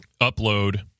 upload